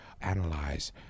analyze